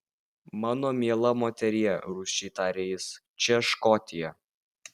mano miela moterie rūsčiai tarė jis čia škotija